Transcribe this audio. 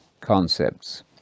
concepts